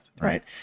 Right